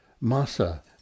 Massa